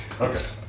Okay